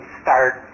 start